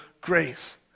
grace